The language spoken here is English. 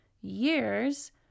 years